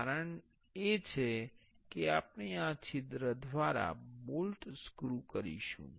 કારણ એ છે કે આપણે આ છિદ્ર દ્વારા બોલ્ટ સ્ક્રૂ કરીશું